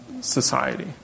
society